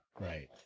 right